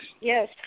Yes